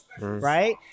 right